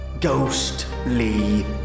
ghostly